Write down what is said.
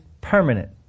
permanent